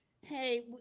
Hey